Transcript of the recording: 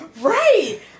Right